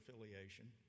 affiliation